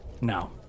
now